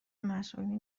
مسئولین